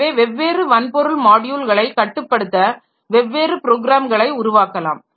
எனவே வெவ்வேறு வன்பொருள் மாட்யுல்களை கட்டுப்படுத்த வெவ்வேறு ப்ரோக்ராம்களை உருவாக்கலாம்